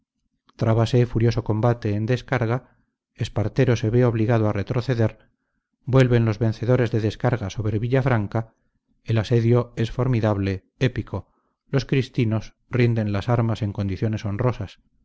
trábase furioso combate en descarga espartero se ve obligado a retroceder vuelven los vencedores de descarga sobre villafranca el asedio es formidable épico los cristinos rinden las armas en condiciones honrosas